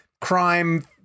crime